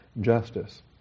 justice